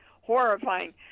horrifying